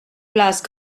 place